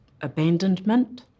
abandonment